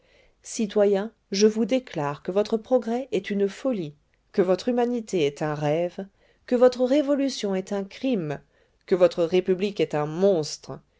citoyens je vous déclare que votre progrès est une folie que votre humanité est un rêve que votre révolution est un crime que votre république est un monstre